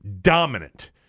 dominant